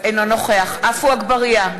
אינו נוכח עפו אגבאריה,